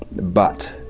but